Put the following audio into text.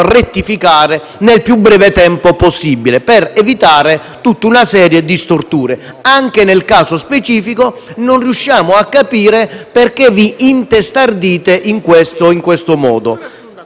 rettificare nel più breve tempo possibile per evitare tutta una serie di storture. Anche nel caso specifico, non riusciamo a capire perché vi intestardite in questo modo.